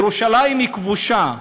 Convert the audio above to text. ירושלים היא כבושה.